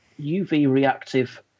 UV-reactive